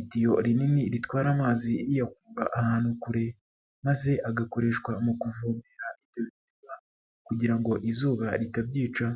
idiyo rinini ritwara amazi riyakura ahantu kure, maze agakoreshwa mu kuvomera ibihingwa, kugira ngo izuba ritabyica.